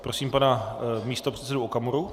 Prosím pana místopředsedu Okamuru.